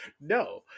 No